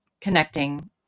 connecting